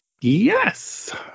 yes